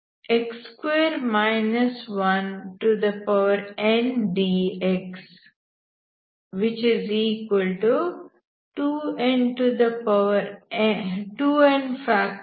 11ndx 2n